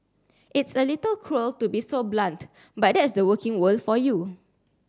it's a little cruel to be so blunt but that's the working world for you